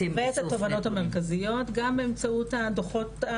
התובנות המרכזיות גם באמצעות הדוחו"ת,